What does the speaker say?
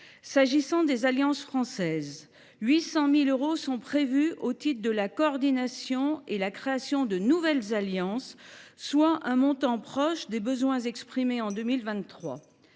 S’agissant des alliances françaises, quelque 800 000 euros sont prévus au titre de la coordination et la création de nouvelles alliances, soit un montant proche des besoins exprimés en 2023.